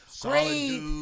great